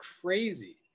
Crazy